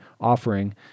offering